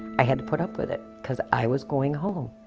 i had to put up with it because i was going home.